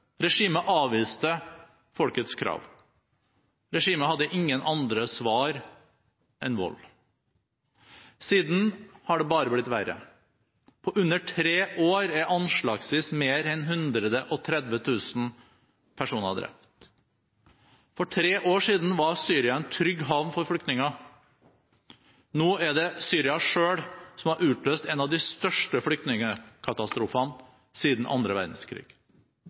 Regimet avviste folkets krav. Regimet hadde ingen andre svar enn vold. Siden har det bare blitt verre: På under tre år er anslagsvis mer enn 130 000 personer drept. For tre år siden var Syria en trygg havn for flyktninger. Nå er det Syria selv som har utløst en av de største flyktningkatastrofene siden annen verdenskrig.